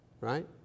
right